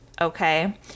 okay